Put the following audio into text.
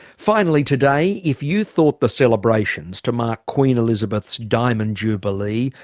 finally today if you thought the celebrations to mark queen elizabeth's diamond jubilee,